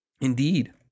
Indeed